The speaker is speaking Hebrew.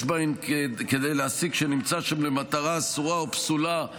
בהן כדי להסיק שהוא נמצא שם למטרה אסורה או פסולה,